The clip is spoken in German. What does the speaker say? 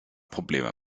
probleme